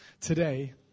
Today